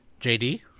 JD